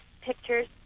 pictures